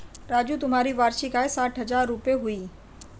राजू तुम्हारी वार्षिक आय साठ हज़ार रूपय हुई